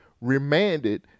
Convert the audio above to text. remanded